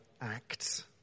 Acts